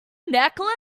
necklace